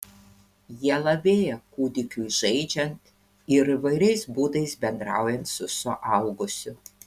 jie lavėja kūdikiui žaidžiant ir įvairiais būdais bendraujant su suaugusiu